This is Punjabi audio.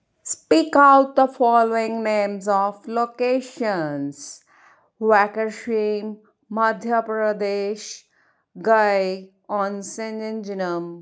speak out the following names of locations ਰੈਕੇਸ਼ੀਮ ਮਾਧਿਆ ਪ੍ਰਦੇਸ਼ ਗਾਏ ਔਨਸਜਿਨਮ